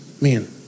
man